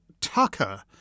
Tucker